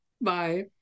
Bye